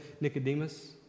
Nicodemus